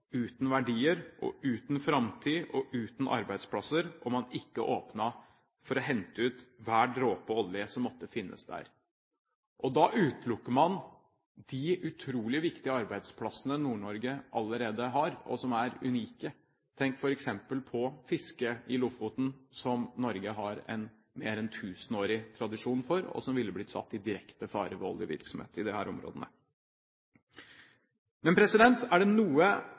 uten verdier, uten framtid og uten arbeidsplasser, om man ikke åpnet for å hente ut hver dråpe olje som måtte finnes der. Da utelukker man de utrolig viktige arbeidsplassene Nord-Norge allerede har, og som er unike. Tenk f.eks. på fiske i Lofoten, som Norge har en mer enn tusenårig tradisjon for, og som ville settes i direkte fare ved oljevirksomhet i disse områdene. Er det noe